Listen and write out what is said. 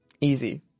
Easy